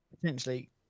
potentially